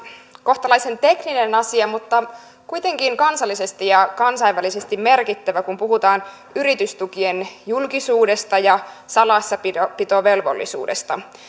kohtalaisen tekninen asia mutta kuitenkin kansallisesti ja kansainvälisesti merkittävä kun puhutaan yritystukien julkisuudesta ja salassapitovelvollisuudesta